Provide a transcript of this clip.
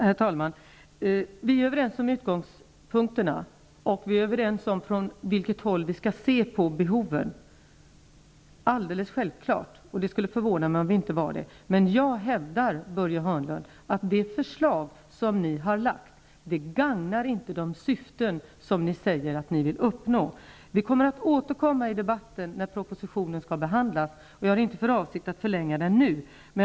Herr talman! Vi är överens om utgångspunkterna. Vi är också överens om från vilket håll vi skall se på behoven. Alldeles självklart är det så. Det skulle förvåna mig om vi inte var överens. Men jag hävdar, Börje Hörnlund, att det förslag som ni har lagt fram inte gagnar de syften som ni säger er vilja uppnå. Vi återkommer när proposi tionen skall behandlas. Jag har inte för avsikt att förlänga den här debatten.